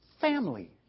Family